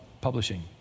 publishing